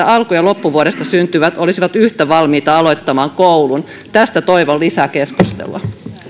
alku ja loppuvuodesta syntyvät olisivat yhtä valmiita aloittamaan koulun tästä toivon lisää keskustelua